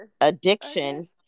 Addiction